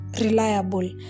Reliable